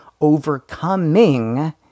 overcoming